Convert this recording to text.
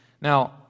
Now